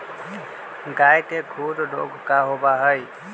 गाय के खुर रोग का होबा हई?